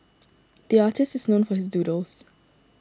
the artist is known for his doodles